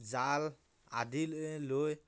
জাল আদি লে লৈ